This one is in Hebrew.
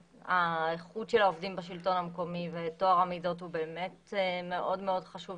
האיכות של העובדים בשלטון המקומי וטוהר המידות הוא באמת מאוד מאוד חשוב